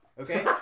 okay